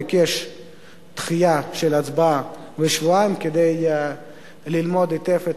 ביקש דחייה של ההצבעה לשבועיים כדי ללמוד היטב את